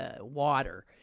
water